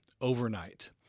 overnight